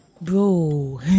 bro